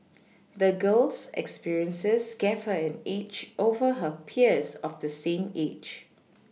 the girl's experiences gave her an edge over her peers of the same age